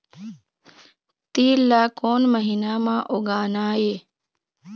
तील ला कोन महीना म उगाना ये?